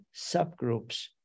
subgroups